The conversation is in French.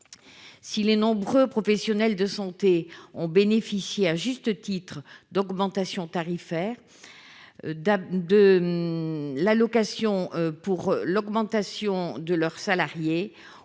si les nombreux professionnels de santé ont bénéficié à juste titre d'augmentation tarifaire d'de l'allocation pour l'augmentation de leurs salariés